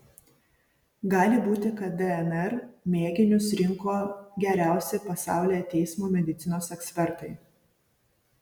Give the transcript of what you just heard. gali būti kad dnr mėginius rinko geriausi pasaulyje teismo medicinos ekspertai